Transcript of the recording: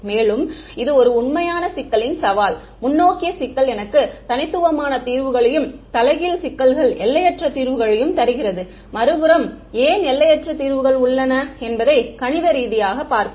மேலும் இது ஒரு உண்மையான சிக்கலின் சவால் முன்னோக்கிய சிக்கல் எனக்கு தனித்துவமான தீர்வுகளையும் தலைகீழ் சிக்கல்கள் எல்லையற்ற தீர்வுகளையும் தருகிறது மறுபுறம் ஏன் எல்லையற்ற தீர்வுகள் உள்ளன என்பதை கணித ரீதியாகப் பார்ப்போம்